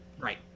right